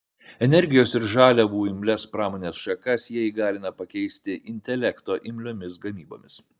energijos ir žaliavų imlias pramonės šakas jie įgalina pakeisti intelekto imliomis gamybomis